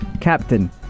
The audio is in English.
captain